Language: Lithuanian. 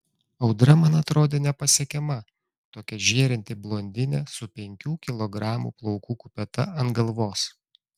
audra man atrodė nepasiekiama tokia žėrinti blondinė su penkių kilogramų plaukų kupeta ant galvos